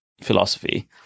philosophy